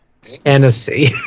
Tennessee